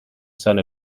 son